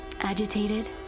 Agitated